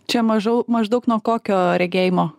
čia mažau maždaug nuo kokio regėjimo